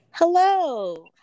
Hello